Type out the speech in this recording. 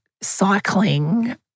cycling